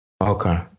Okay